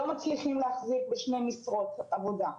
לא מצליחים להחזיק בשתי משרות עבודה.